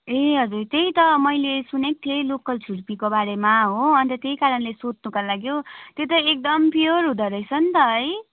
ए हजुर त्यही त मैले सुनेको थिएँ लोकल छुर्पीको बारेमा हो अन्त त्यही कारणले सोध्नुको लागि हौ त्यो त एकदम प्योर हुँदो रहेछ नि त है